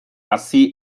hazi